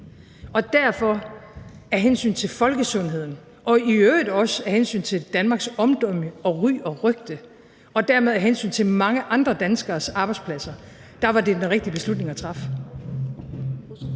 Derfor, af hensynet til folkesundheden og i øvrigt også af hensyn til Danmarks omdømme og ry og rygte og dermed af hensyn til mange andre danskeres arbejdspladser, var det den rigtige beslutning at træffe.